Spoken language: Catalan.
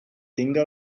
tinga